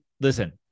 listen